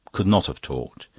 could not have talked.